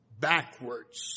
Backwards